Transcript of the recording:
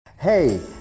Hey